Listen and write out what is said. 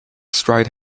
stride